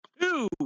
two